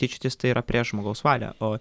tyčiotis tai yra prieš žmogaus valią o